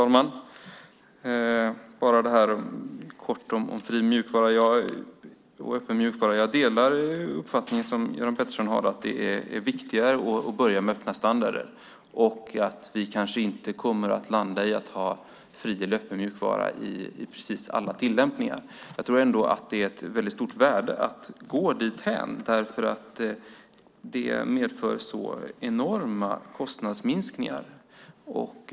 Herr talman! Om fri och öppen mjukvara vill jag helt kort säga att jag delar den uppfattning som Göran Pettersson har. Det är viktigare att börja med öppna standarder, och vi kommer kanske inte att landa i att ha fri eller öppen mjukvara i precis alla tillämpningar. Jag tror ändå att det är av väldigt stort värde att gå dithän, därför att det medför sådana enorma kostnadsminskningar.